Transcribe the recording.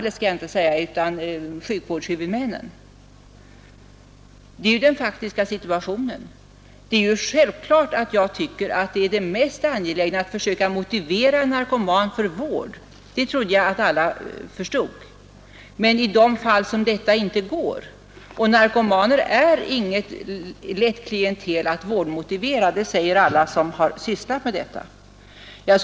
Det är ju den faktiska situationen. Självfallet tycker jag att det mest angelägna är att försöka motivera en narkoman för vård. Det trodde jag att alla förstod. Men vad gör man i de fall då detta inte går? Och narkomaner är inte något lätt klientel att vårdmotivera; det säger alla som har sysslat med sådan vård.